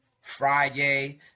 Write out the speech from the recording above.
Friday